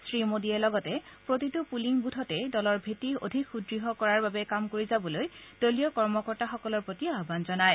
শ্ৰীমোদীয়ে লগতে প্ৰতিটো পুলিং বুথতেই দলৰ ভেঁটি অধিক সুদৃঢ় কৰাৰ বাবে কাম কৰি যাবলৈ দলীয় কৰ্মকৰ্তাসকলৰ প্ৰতি আহান জনায়